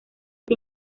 sin